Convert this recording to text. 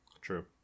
true